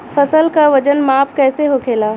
फसल का वजन माप कैसे होखेला?